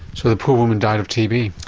so the poor woman died of tb?